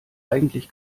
eigentlich